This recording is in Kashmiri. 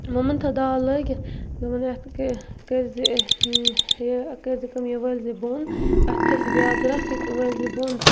مۄمَن تھٲو دال لٲگِتھ دوٚپُن یتھ کٔرۍزِ یہِ یہِ کٔرۍزِ کٲم یہِ وٲلۍزِ یہِ بۄن اَتھ کھَسہِ بیٛاکھ گرٛکھ یہِ وٲلۍ زِ بۄن